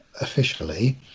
officially